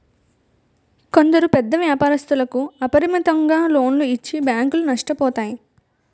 కొందరు పెద్ద వ్యాపారస్తులకు అపరిమితంగా లోన్లు ఇచ్చి బ్యాంకులు నష్టపోతాయి